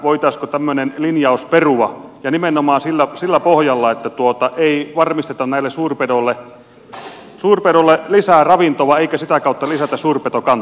voitaisiinko tämmöinen linjaus perua ja nimenomaan sillä pohjalla että ei varmisteta näille suurpedoille lisää ravintoa eikä sitä kautta lisätä suurpetokantaa